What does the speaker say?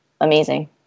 amazing